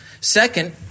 Second